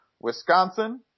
Wisconsin